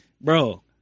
bro